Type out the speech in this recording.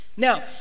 Now